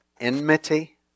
Enmity